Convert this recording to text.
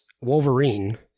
Wolverine